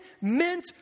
meant